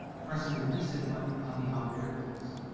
pressing the reset button on the operator box.